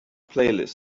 playlist